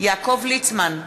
יעקב ליצמן,